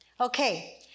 Okay